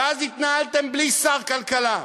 ואז התנהלתם בלי שר כלכלה.